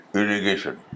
irrigation